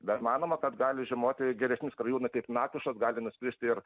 bet manoma kad gali žiemoti geresni skrajūnai kaip nakvišos gali nuskristi ir